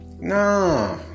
Nah